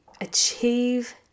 achieve